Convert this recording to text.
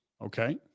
Okay